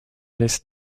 laisse